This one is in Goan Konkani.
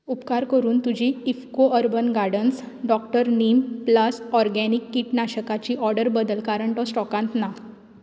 उपकार करून तुजी IFFCO urban gardens doctor neem plus organic किटनाशकाची ऑर्डर बदल कारण तो स्टॉकांत ना